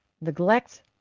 neglect